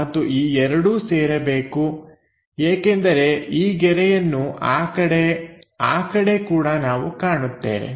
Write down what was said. ಮತ್ತು ಈ ಎರಡೂ ಸೇರಬೇಕು ಏಕೆಂದರೆ ಈ ಗೆರೆಯನ್ನು ಆ ಕಡೆ ಆ ಕಡೆ ಕೂಡ ನಾವು ಕಾಣುತ್ತೇವೆ